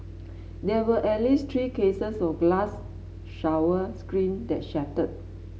there were at least three cases of glass shower screen that shattered